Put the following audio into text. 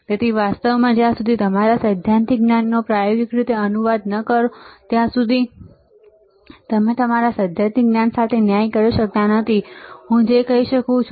તેથી વાસ્તવમાં જ્યાં સુધી તમે તમારા સૈદ્ધાંતિક જ્ઞાનને પ્રાયોગિક રીતે અનુવાદિત ન કરો ત્યાં સુધી તમે તમારા સૈદ્ધાંતિક જ્ઞાન સાથે ન્યાય કરી શકતા નથી જે હું કહી શકું છું